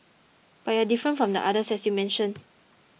but you're different from the others as you mentioned